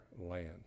land